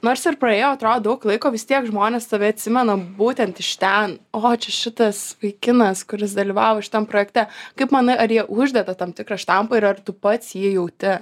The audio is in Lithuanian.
nors ir praėjo atrodo daug laiko vis tiek žmonės tave atsimena būtent iš ten o čia šitas vaikinas kuris dalyvavo šitam projekte kaip manai ar jie uždeda tam tikrą štampą ir ar tu pats jį jauti